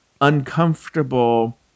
uncomfortable